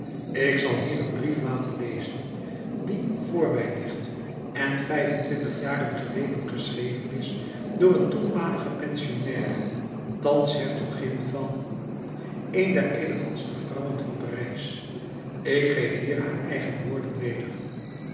ik zal hier een brief laten spreken die voor mij ligt en vijfentwintig jaren geleden geschreven is door een toenmalige pensionnaire thans hertogin van een der elegantste vrouwen van parijs ik geef hier haar eigen woorden weder